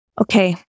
Okay